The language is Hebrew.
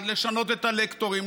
לשנות את הלקטורים,